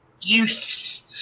Youths